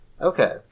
Okay